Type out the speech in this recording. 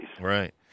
Right